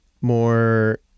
More